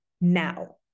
now